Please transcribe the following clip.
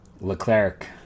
Leclerc